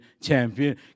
champion